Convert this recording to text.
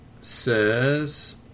says